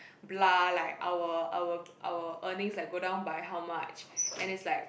bla like our our our earnings like go down by how much and it's like